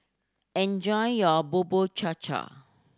enjoy your Bubur Cha Cha